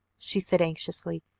she said anxiously.